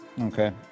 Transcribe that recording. Okay